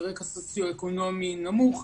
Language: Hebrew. ורקע סוציואקונומי נמוך.